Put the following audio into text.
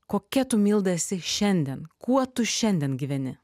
kokia tu milda esi šiandien kuo tu šiandien gyveni